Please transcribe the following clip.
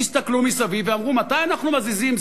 הסתכלו מסביב ואמרו: מתי אנחנו מזיזים,